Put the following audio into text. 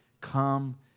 come